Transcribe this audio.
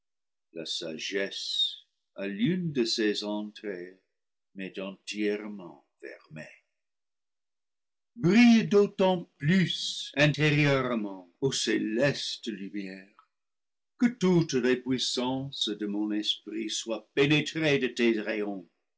la sagesse à l'une de ses entrées m'est entièrement fermée brille d'autant plus intérieurement ô céleste lumière que toutes les puissances de mon esprit soient pénétrées de tes rayons